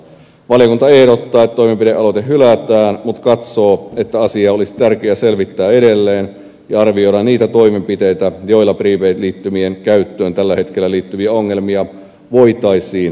valiokunta ehdottaa että toimenpidealoite hylätään mutta katsoo että asiaa olisi tärkeä selvittää edelleen ja arvioida niitä toimenpiteitä joilla prepaid liittymien käyttöön tällä hetkellä liittyviä ongelmia voitaisiin ehkäistä